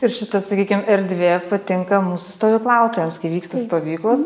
ir šita sakykim erdvė patinka mūsų stovyklautojams kai vyksta stovyklos